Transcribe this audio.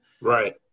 Right